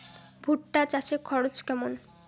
ভুট্টা চাষে খরচ কেমন?